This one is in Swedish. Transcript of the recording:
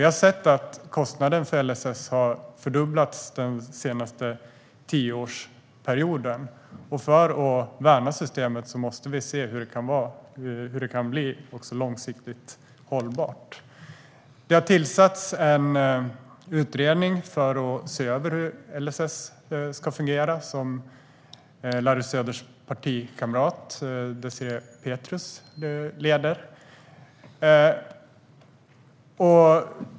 Vi har sett att kostnaden för LSS har fördubblats den senaste tioårsperioden. För att värna systemet måste vi se hur det kan bli hållbart också långsiktigt. Det har tillsatts en utredning som Larry Söders partikamrat Désirée Pethrus leder för att se över hur LSS ska fungera.